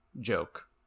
joke